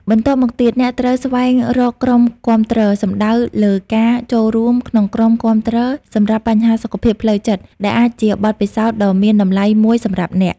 បន្ទាប់់មកទៀត អ្នកត្រូវស្វែងរកក្រុមគាំទ្រ សំដៅលើការចូលរួមក្នុងក្រុមគាំទ្រសម្រាប់បញ្ហាសុខភាពផ្លូវចិត្តដែលអាចជាបទពិសោធន៍ដ៏មានតម្លៃមួយសម្រាប់អ្នក។